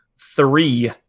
three